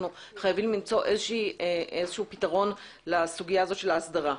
חייבים למצוא פתרון לסוגיה הזו של ההסדרה.